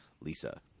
Lisa